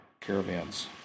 caravans